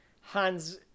Hans